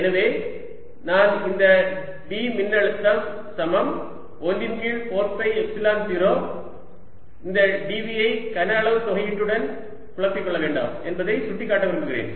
எனவே நான் இந்த d மின்னழுத்தம் சமம் 1 இன் கீழ் 4 பை எப்சிலன் 0 இந்த dV ஐ கன அளவு தொகையீட்டுடன் குழப்பிக் கொள்ள வேண்டாம் என்பதை சுட்டிக்காட்ட விரும்புகிறேன்